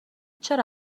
چرا